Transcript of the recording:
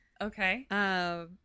Okay